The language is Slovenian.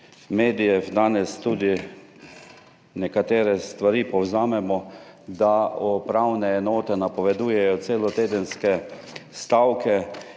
medijev danes tudi nekatere stvari povzamemo, da upravne enote napovedujejo celotedenske stavke,